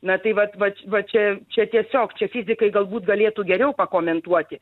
na tai vat vat vat čia čia tiesiog čia fizikai galbūt galėtų geriau pakomentuoti